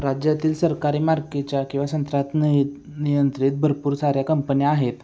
राज्यातील सरकारी मालकीच्या किंवा संत्रानि नियंत्रित भरपूर साऱ्या कंपन्या आहेत